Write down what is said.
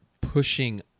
pushing